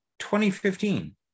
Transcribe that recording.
2015